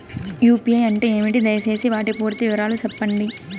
UPI అంటే ఏమి? దయసేసి వాటి పూర్తి వివరాలు సెప్పండి?